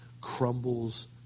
crumbles